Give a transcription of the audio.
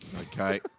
Okay